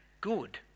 good